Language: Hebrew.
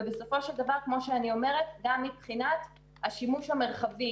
ובסופו של דבר גם מבחינת השימוש המרחבי